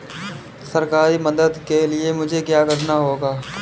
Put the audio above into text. सरकारी मदद के लिए मुझे क्या करना होगा?